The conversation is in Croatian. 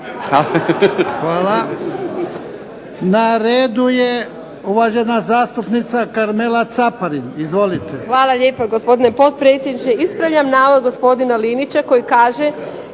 Hvala. Na redu je uvažena zastupnica Karmela Caparin. Izvolite. **Caparin, Karmela (HDZ)** Hvala lijepo gospodine potpredsjedniče. Ispravljam navod gospodina Linića koji kaže: